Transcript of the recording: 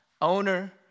owner